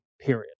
period